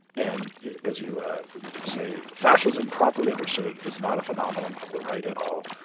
and as you say fascism properly understood is not a phenomenon of the right at all.